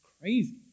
crazy